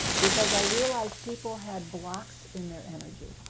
because i realized people had blocks in their energy,